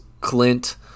Clint